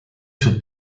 sui